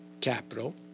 capital